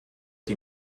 die